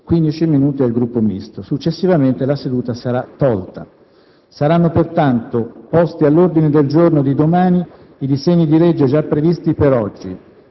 (15 minuti al Gruppo Misto). Successivamente la seduta sarà tolta. Saranno pertanto posti all'ordine del giorno di domani i disegni di legge già previsti per oggi: